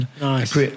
nice